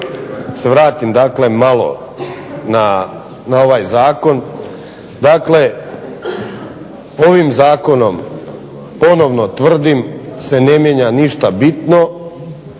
dakle malo na ovaj zakon. Dakle, ovim Zakonom ponovno tvrdim se ne mijenja ništa bitno